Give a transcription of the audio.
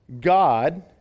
God